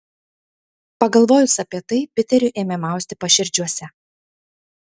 pagalvojus apie tai piteriui ėmė mausti paširdžiuose